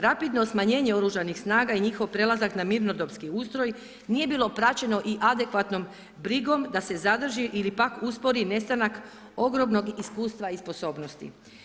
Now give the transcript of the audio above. Rapidno smanjenje Oružanih snaga i njihov prelazak na mirnodopski ustroj nije bilo praćeno i adekvatnom brigom da se zadrži ili pak uspori nestanak ogromnog iskustva i sposobnosti.